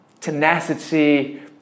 tenacity